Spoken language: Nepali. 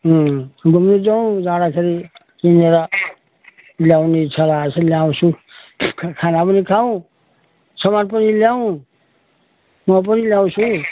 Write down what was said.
अँ घुम्नु जाउँ जाँदाखेरि किनेर ल्याउने इच्छा लागेको छ ल्याउँछु खाना पनि खाउँ सामान पनि ल्याउँ मो पनि ल्याउँछु